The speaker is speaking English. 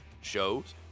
shows